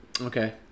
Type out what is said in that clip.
Okay